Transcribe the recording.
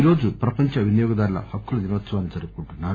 ఈ రోజు ప్రపంచ వినియోగదారుల హక్కుల దినోత్సవాన్ని జరుపుకుంటున్నారు